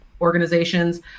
organizations